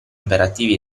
operativi